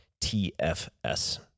TFS